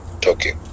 Tokyo